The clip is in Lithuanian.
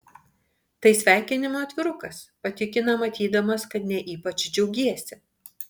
tai sveikinimo atvirukas patikina matydamas kad ne ypač džiaugiesi